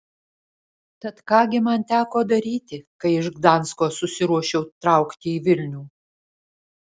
tad ką gi man teko daryti kai iš gdansko susiruošiau traukti į vilnių